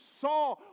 saw